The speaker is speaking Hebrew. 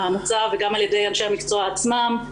וגם על ידי אנשי המקצוע עצמם,